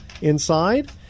inside